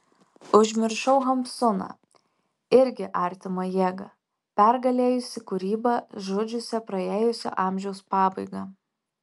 užmiršau hamsuną irgi artimą jėgą pergalėjusį kūrybą žudžiusią praėjusio amžiaus pabaigą